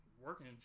working